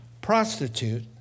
prostitute